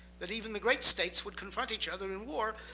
that even the great states would confront each other in war,